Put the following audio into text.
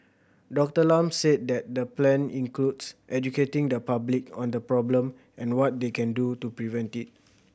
Doctor Lam said that the plan includes educating the public on the problem and what they can do to prevent it